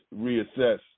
reassess